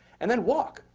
and then walk,